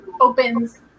opens